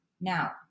Now